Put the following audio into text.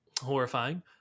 horrifying